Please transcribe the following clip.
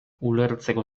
ulertzeko